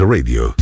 Radio